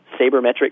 sabermetric